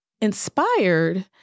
inspired